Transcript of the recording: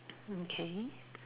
uh so the K